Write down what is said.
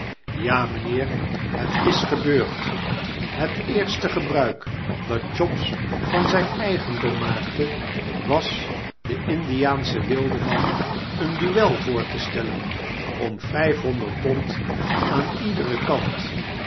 ja mijnheer het is gebeurd het eerste gebruik dat chops van zyn eigendom maakte was den indiaanschen wildeman een duel voor te stellen om vyfhonderd pond aan iederen kant